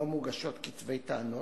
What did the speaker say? לא מוגשים כתבי טענות,